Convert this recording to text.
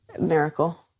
miracle